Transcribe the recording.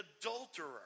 adulterer